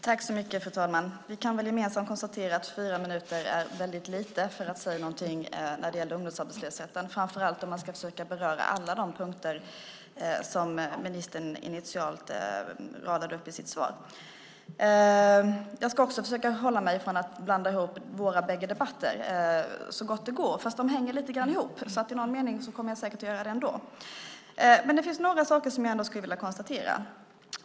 Fru talman! Vi kan väl gemensamt konstatera att fyra minuter är väldigt lite för att säga något om ungdomsarbetslösheten, framför allt om man ska försöka beröra alla de punkter som ministern initialt radade upp i sitt svar. Jag ska också försöka avhålla mig så gott det går från att blanda ihop våra bägge debatter, fast de hänger lite grann ihop, så i någon mening kommer jag säkert att göra det ändå. Men det finns några saker som jag ändå skulle vilja konstatera.